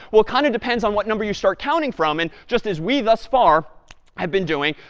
well, it kind of depends on what number you start counting from, and just as we thus far have been doing,